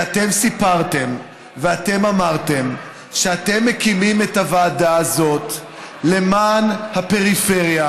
כי אתם סיפרתם ואתם אמרתם שאתם מקימים את הוועדה הזאת למען הפריפריה,